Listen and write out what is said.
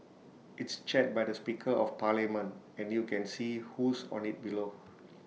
it's chaired by the speaker of parliament and you can see who's on IT below